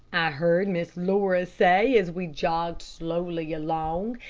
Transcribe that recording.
heard miss laura say, as we jogged slowly along,